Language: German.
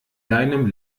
deinem